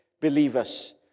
believers